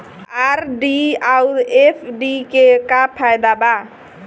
RD आउर FD के का फायदा बा?